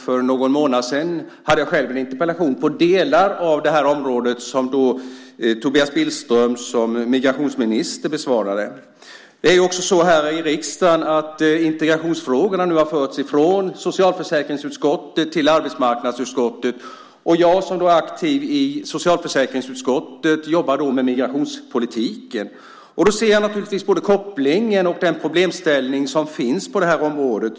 För någon månad sedan skrev jag själv en interpellation om delar av det här området, som då Tobias Billström som migrationsminister besvarade. Här i riksdagen har integrationsfrågorna nu förts från socialförsäkringsutskottet till arbetsmarknadsutskottet. Jag, som är aktiv i socialförsäkringsutskottet, jobbar med migrationspolitiken. Då ser jag naturligtvis både kopplingen och den problemställning som finns på området.